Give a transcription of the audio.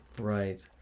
Right